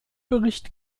bericht